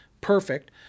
perfect